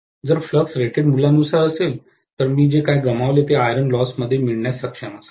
जर flux rated मूल्यानुसार असेल तर मी जे काय गमावले ते आयर्न लॉस मध्ये मिळण्यास सक्षम असावे